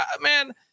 man